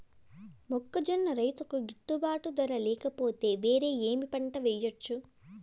మొక్కజొన్న రైతుకు గిట్టుబాటు ధర లేక పోతే, వేరే ఏమి పంట వెయ్యొచ్చు?